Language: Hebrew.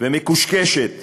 ומקושקשת